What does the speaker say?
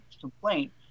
complaint